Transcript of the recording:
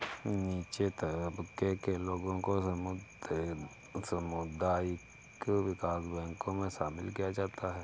नीचे तबके के लोगों को सामुदायिक विकास बैंकों मे शामिल किया जाता है